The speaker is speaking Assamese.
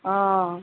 অঁ